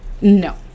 No